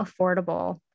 affordable